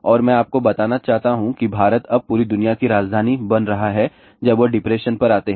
और मैं आपको बताना चाहता हूं कि भारत अब पूरी दुनिया की राजधानी बन रहा है जब वह डिप्रेशन पर आते है